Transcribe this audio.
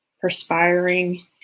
perspiring